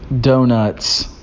donuts